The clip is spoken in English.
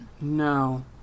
No